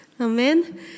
Amen